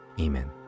Amen